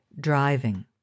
driving